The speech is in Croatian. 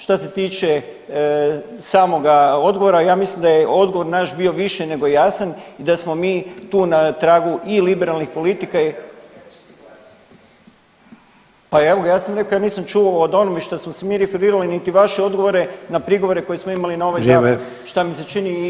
Šta se tiče samoga odgovora, ja mislim da je odgovor naš bio više nego jasan i da smo mi tu na tragu i liberalnih politika … [[Upadica se ne razumije.]] pa evo ga ja sam rekao da nisam čuo od onome što smo se mi referirali niti vaše odgovore na prigovore koje smo imali na ovaj zakon [[Upadica Sanader: Vrijeme.]] šta mi se čini izrazito